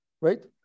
right